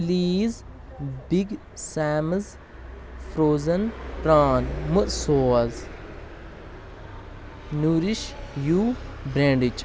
please big Sam's frozen prawn مہٕ سوز nourish you برٛینڈٕچ